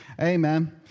Amen